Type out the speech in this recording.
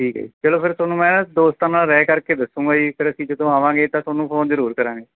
ਠੀਕ ਹੈ ਜੀ ਚਲੋ ਫਿਰ ਤੁਹਾਨੂੰ ਮੈਂ ਨਾ ਦੋਸਤਾਂ ਨਾਲ ਰਾਏ ਕਰਕੇ ਦਸੂੰਗਾ ਜੀ ਫਿਰ ਅਸੀਂ ਜਦੋਂ ਆਵਾਂਗੇ ਤਾਂ ਤੁਹਾਨੂੰ ਫੋਨ ਜ਼ਰੂਰ ਕਰਾਂਗੇ